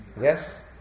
Yes